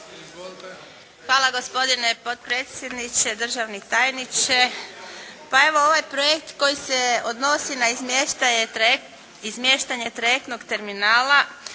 Hvala gospodine potpredsjedniče, državni tajniče. Pa evo ovaj projekt koji se odnosi na izmještanje trajektnog terminala